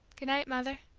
goodnight, mother